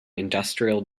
industrial